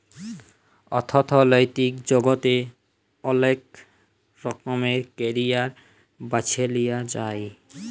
অথ্থলৈতিক জগতে অলেক রকমের ক্যারিয়ার বাছে লিঁয়া যায়